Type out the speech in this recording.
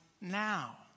now